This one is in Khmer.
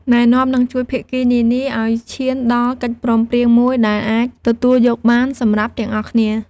ណែនាំ និងជួយភាគីនានាឱ្យឈានដល់កិច្ចព្រមព្រៀងមួយដែលអាចទទួលយកបានសម្រាប់ទាំងអស់គ្នា។